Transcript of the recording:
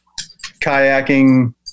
kayaking